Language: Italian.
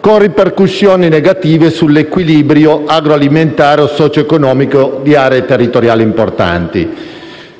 con ripercussioni negative sull'equilibrio agroalimentare e socio-economico di aree territoriali importanti.